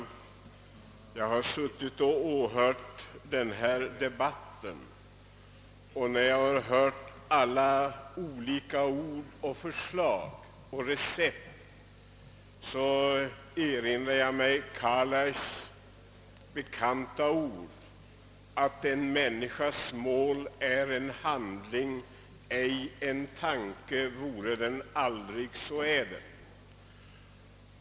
När jag har suttit och lyssnat till den här debatten och hört olika förslag och recept framläggas erinrar jag mig Carlyles bekanta ord att »en människas mål är en handling, ej en tanke, vore den aldrig så ädel».